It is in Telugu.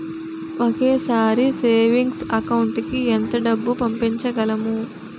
ఒకేసారి సేవింగ్స్ అకౌంట్ కి ఎంత డబ్బు పంపించగలము?